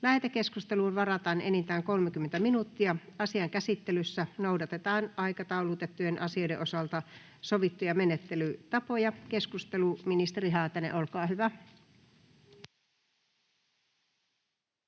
Lähetekeskustelua varten varataan enintään 30 minuuttia. Asian käsittelyssä noudatetaan aikataulutettujen asioiden osalta sovittuja menettelytapoja. — Avaan keskustelun, ja